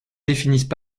définissent